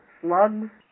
slugs